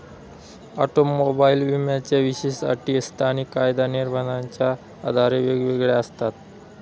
automobile विम्याच्या विशेष अटी स्थानिक कायदा निर्बंधाच्या आधारे वेगवेगळ्या असतात